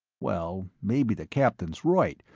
well, maybe the captain's right,